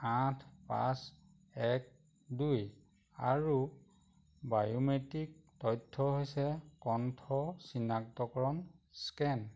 আঠ পাঁচ এক দুই আৰু বায়োমেট্ৰিক তথ্য হৈছে কণ্ঠ চিনাক্তকৰণ স্কেন